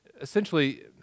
essentially